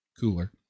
cooler